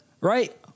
right